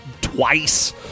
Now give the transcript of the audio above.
twice